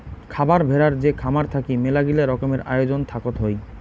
খারার ভেড়ার যে খামার থাকি মেলাগিলা রকমের আয়োজন থাকত হই